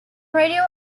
radio